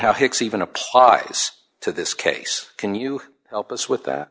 how hicks even a potus to this case can you help us with that